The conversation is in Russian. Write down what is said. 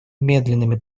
медленными